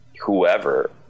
whoever